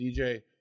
DJ